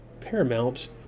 Paramount